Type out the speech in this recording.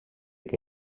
que